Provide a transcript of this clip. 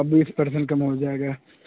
بیس percent کم ہو جائے گا